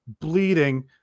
bleeding